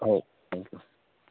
हो थँक्यू